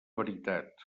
veritat